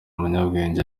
umunyabwenge